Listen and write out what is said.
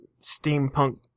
Steampunk